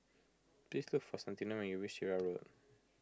please look for Santino when you reach Sirat Road